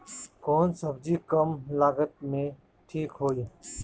कौन सबजी कम लागत मे ठिक होई?